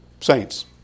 saints